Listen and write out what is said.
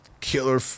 killer